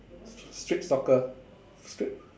st~ street soccer street